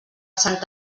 sant